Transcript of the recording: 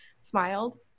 smiled